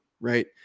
right